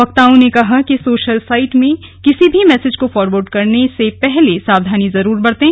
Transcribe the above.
वक्ताओं ने कहा कि सोशल साइट में किसी भी मैसेज को फॉरवर्ड करने से पहले सावधानी जरूर बरतें